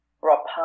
Rob